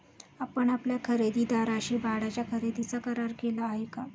आपण आपल्या खरेदीदाराशी भाड्याच्या खरेदीचा करार केला आहे का?